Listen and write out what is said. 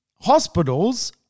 Hospitals